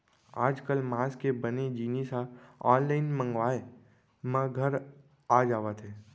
आजकाल मांस के बने जिनिस ह आनलाइन मंगवाए म घर आ जावत हे